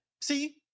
See